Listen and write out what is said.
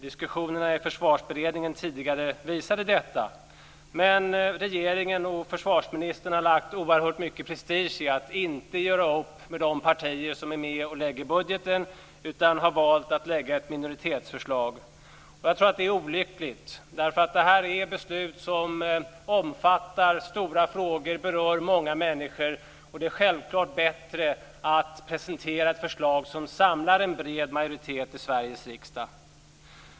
Diskussionerna i försvarsberedningen tidigare visade detta. Men regeringen och försvarsministern har lagt oerhört mycket prestige i att inte göra upp med de partier som är med och lägger fram budgeten utan har valt att lägga fram ett minoritetsförslag. Jag tror att det är olyckligt. Det är ett beslut som omfattar stora frågor och berör många människor. Det är självklart bättre att presentera ett förslag som samlar en bred majoritet i Sveriges riksdag.